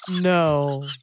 No